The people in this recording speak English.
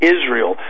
Israel